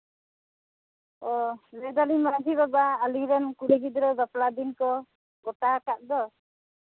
ᱚ ᱞᱟᱹᱭ ᱫᱟᱹᱞᱤᱧ ᱢᱟᱹᱡᱷᱤ ᱵᱟᱵᱟ ᱟᱛᱳ ᱨᱮᱱ ᱠᱩᱲᱤ ᱜᱤᱫᱽᱨᱟᱹ ᱵᱟᱯᱞᱟ ᱫᱤᱱ ᱠᱚ ᱜᱚᱴᱟ ᱟᱠᱟᱫ ᱫᱚ